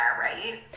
right